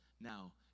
now